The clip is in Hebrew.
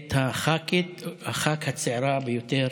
את חברת הכנסת הצעירה ביותר